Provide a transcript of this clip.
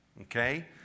Okay